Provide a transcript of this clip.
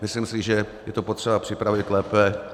Myslím si, že je to potřeba připravit lépe.